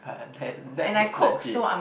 but that that is legit